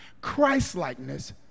Christ-likeness